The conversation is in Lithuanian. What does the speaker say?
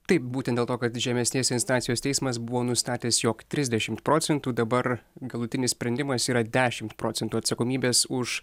taip būtent dėl to kad žemesnės instancijos teismas buvo nustatęs jog trisdešimt procentų dabar galutinis sprendimas yra dešimt procentų atsakomybės už